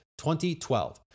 2012